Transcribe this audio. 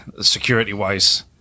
security-wise